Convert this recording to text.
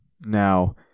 Now